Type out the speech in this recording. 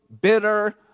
bitter